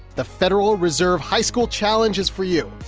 the federal reserve high school challenge is for you